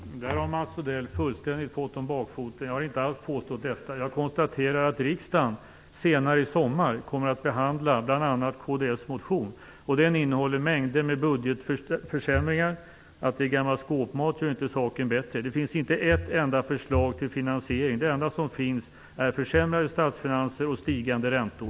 Fru talman! Det där har Mats Odell fullständigt fått om bakfoten. Jag har inte alls påstått något sådant, utan jag konstaterar att riksdagen senare i sommar kommer att behandla bl.a. kds motion. Den innehåller en mängd budgetförsämringar. Att det sedan också är gammal skåpmat gör inte saken bättre. Det finns inte ett enda förslag till finansiering där. Det enda som finns där är försämrade statsfinanser och stigande räntor.